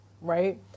right